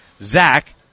Zach